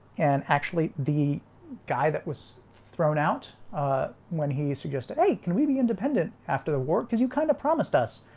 and actually the guy that was thrown out. ah when he suggested. hey, can we be independent after the war because you kind of promised us